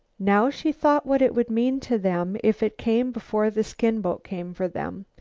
now she thought what it would mean to them if it came before the skin-boat came for them.